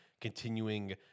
continuing